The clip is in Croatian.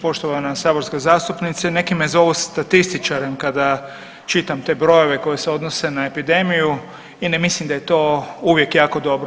Poštovana saborska zastupnice neki me zovu statističarem kada čitam te brojeve koji se odnose na epidemiju i ne mislim da je to uvijek jako dobro.